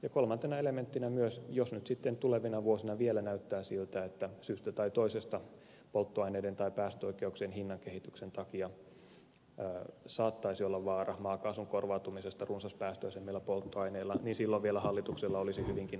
ja kolmantena elementtinä myös on se että jos nyt sitten tulevina vuosina vielä näyttää siltä että syystä tai toisesta polttoaineiden tai päästöoikeuksien hinnankehityksen takia saattaisi olla vaara maakaasun korvautumisesta runsaspäästöisemmillä polttoaineilla niin silloin vielä hallituksella olisi hyvinkin aikaa palata tähän verotasoon